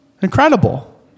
Incredible